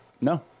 No